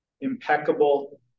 impeccable